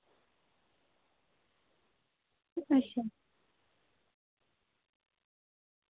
अच्छा